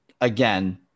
again